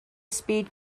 speed